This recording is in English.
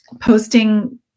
Posting